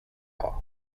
hour